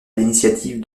l’initiative